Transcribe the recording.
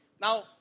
Now